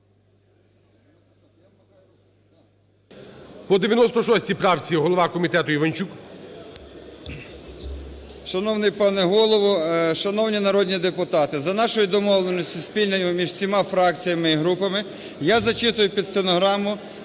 По 96 правці голова комітету Іванчук. 10:45:28 ІВАНЧУК А.В. Шановний пане Голово, шановні народні депутати, за нашою домовленістю спільною між всіма фракціями і групами я зачитую під стенограму,